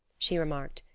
she remarked,